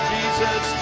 Jesus